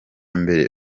mbere